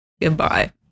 Goodbye